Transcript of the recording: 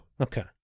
Okay